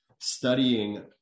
studying